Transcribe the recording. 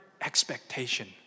expectation